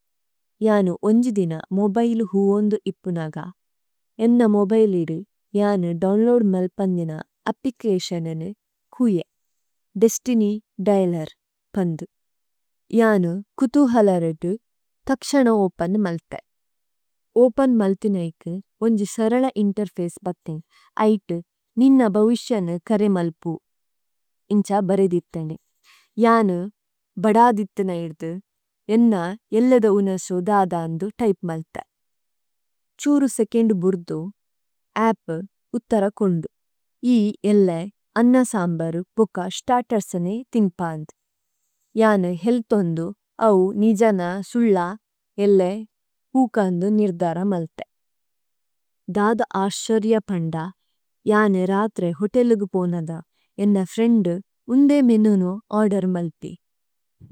യാനു ഓന്ജി ദിന മോബൈലു ഹുഓന്ദു ഇപുനാഗ, ഏന്ന മോബൈലു ഇദു യാനു ദോവ്ന്ലോഅദ് മല്പന്ദിന അപ്പിക്ലേശനേനു ഹുയേ। ദേസ്തിന്യ് ദിഅലേര് പന്ദു। യാനു കുഥുഹല രേദ്ദു, തക്ശന ഓപേന് മല്തേ। ഓപേന് മല്ഥിനൈകു, ഓന്ജി സരല ഇന്തേര്ഫചേ ബഥിനു। ഐതു, നിന്ന ബവുശ്യനു കരേ മല്പു। ഇന്ഛ ബരേദിഥനു। യാനു ബദദിഥന ഇദു, ഏന്ന ഏല്ലദ ഉനസു ദദ അന്തു ത്യ്പേ മല്തേ। ഛ്ഹുരുസേകേന്ദു ബുര്ദു, അപ്പ് ഉത്ഥര കോന്ദു। ഇ ഏല്ലേ അന്നസമ്ബരു പുക്ക സ്തര്തേര്സനേ ഥിന്പ അന്തു। യാനു ഹേഅല്ഥോന്ദു, അവു നിജന സുല്ല ഏല്ലേ പുക അന്തു നിര്ധര മല്തേ। ദദ ആശരിയ പന്ദ। യാനു രത്രേ ഹോതേലുഗു പോനഗ, ഏന്ന ഫ്രിഏന്ദു ഉന്ദേ മേനുനു ഓര്ദേര് മല്തി।